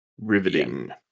Riveting